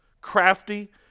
Crafty